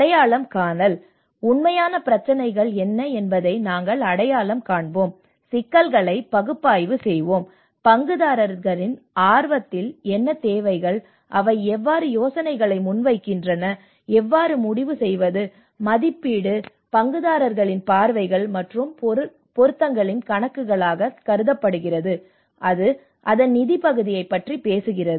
அடையாளம் காணல் உண்மையான பிரச்சினைகள் என்ன என்பதை நாங்கள் அடையாளம் காண்போம் சிக்கல்களை பகுப்பாய்வு செய்வோம் பங்குதாரரின் ஆர்வத்தில் என்ன தேவைகள் அவை எவ்வாறு யோசனைகளை முன்வைக்கின்றன எவ்வாறு முடிவு செய்வது மதிப்பீடு மதிப்பீடு பங்குதாரர்களின் பார்வைகள் மற்றும் பொருத்தங்களின் கணக்குகளாகக் கருதப்படுகிறது அது அதன் நிதி பகுதியைப் பற்றி பேசுகிறது